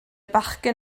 bachgen